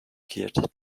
geared